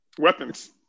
Weapons